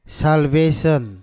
salvation